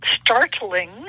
startling